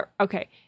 okay